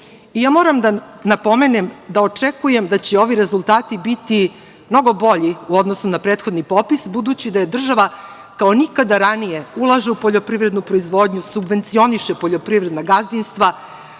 proizvodnja. Moram da napomenem da očekujem da će ovi rezultati biti mnogo bolji u odnosu na prethodni popis, budući da država, kao nikada ranije, ulaže u poljoprivrednu proizvodnju, subvencioniše poljoprivredna gazdinstva,